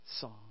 song